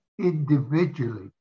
individually